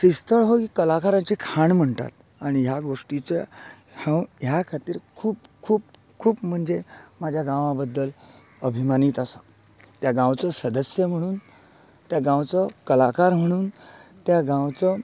श्रीस्थळ हो कलाकारांची खाण म्हणटात आनी ह्या गोष्टीचे हांव ह्या खातीर खूब खूब खूब म्हणजे म्हज्या गांवां बद्दल अभिमानीत आसा त्या गांवचो सदस्य म्हणून त्या गांवचो कलाकार म्हणून त्या गांवचो